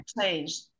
changed